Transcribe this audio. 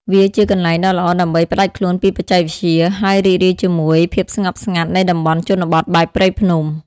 វាជាកន្លែងដ៏ល្អដើម្បីផ្ដាច់ខ្លួនពីបច្ចេកវិទ្យា ហើយរីករាយជាមួយ ភាពស្ងប់ស្ងាត់ នៃតំបន់ជនបទបែបព្រៃភ្នំ។